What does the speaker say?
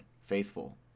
Faithful